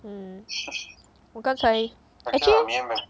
mm 我刚才 actually